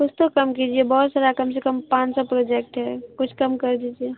کچھ تو کم کیجیے بہت سارا کم سے کم پانچ سو پروجیکٹ ہے کچھ کم کر دیجیے